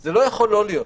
זה לא יכול לא להיות.